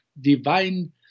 divine